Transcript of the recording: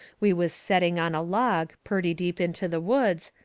we was setting on a log, purty deep into the woods,